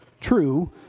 True